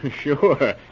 Sure